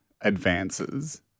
advances